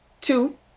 Two